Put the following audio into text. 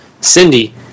Cindy